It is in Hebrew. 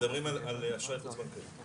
מדברים על אשראי חוץ בנקאי.